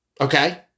Okay